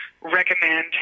recommend